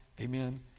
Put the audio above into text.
Amen